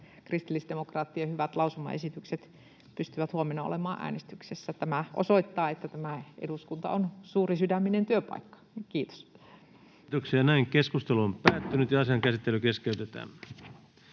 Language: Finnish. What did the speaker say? kristillisdemokraattien hyvät lausumaesitykset pystyvät huomenna olemaan äänestyksessä. Tämä osoittaa, että tämä eduskunta on suurisydäminen työpaikka. — Kiitos. Toiseen käsittelyyn ja ainoaan käsittelyyn esitellään